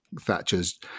Thatcher's